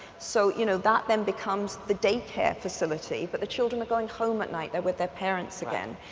so you know that then becomes the daycare facility but the children are going home at night, they're with their parents again.